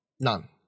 None